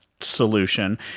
solution